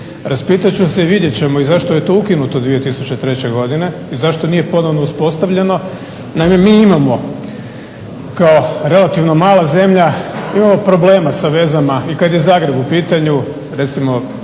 raspitat ću se i vidjet ćemo zašto je to ukinuto 2003. godine i zašto nije ponovno uspostavljeno. Naime, mi imamo kao relativno mala zemlja imamo problema sa vezana i kad je Zagreb u pitanju. Recimo